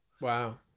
wow